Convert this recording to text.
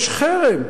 יש חרם.